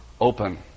open